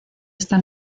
esta